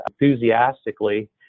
enthusiastically